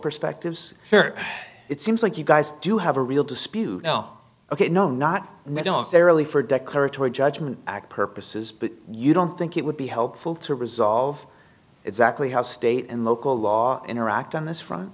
perspectives it seems like you guys do have a real dispute now ok no not necessarily for declaratory judgment act purposes but you don't think it would be helpful to resolve exactly how state and local law interact on this fr